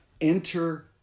Enter